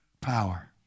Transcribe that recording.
power